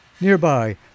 Nearby